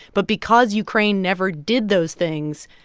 but because ukraine never did those things,